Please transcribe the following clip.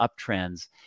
uptrends